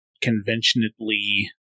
conventionally